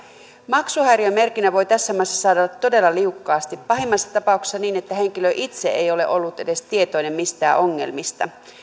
maksuhäiriömerkinnän voi tässä maassa saada todella liukkaasti pahimmassa tapauksessa niin että henkilö itse ei ole ollut edes tietoinen mistään ongelmista